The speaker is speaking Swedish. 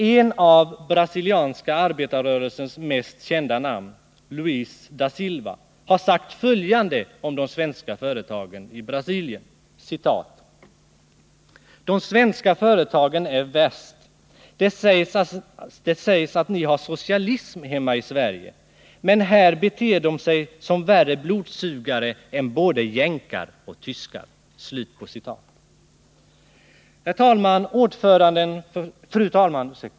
En av den brasilianska arbetarrörelsens mest kända män, Luis da Silva, har sagt följande om de svenska företagen i Brasilien: ”De svenska företagen är värst. Det sägs att ni har socialism hemma i Sverige. Men här beter de sig som värre blodsugare än både jänkar och tyskar”. Fru talman!